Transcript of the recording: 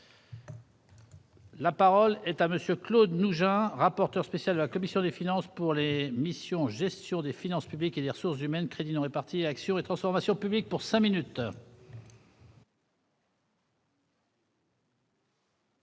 La parole est à monsieur Claude nous, rapporteur spécial de la commission des finances pour les missions, gestion des finances publiques et des ressources humaines est parti, action et transformation publiques pour 5 minutes.